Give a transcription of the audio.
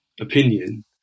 opinion